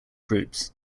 groups